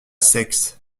seix